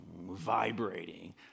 vibrating